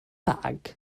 bag